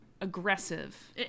aggressive